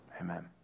amen